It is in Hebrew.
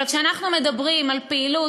אבל כשאנחנו מדברים על פעילות,